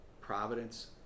Providence